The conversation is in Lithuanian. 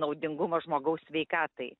naudingumą žmogaus sveikatai